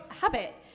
habit